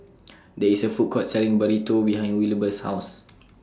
There IS A Food Court Selling Burrito behind Wilbur's House